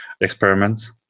experiments